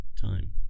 time